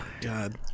god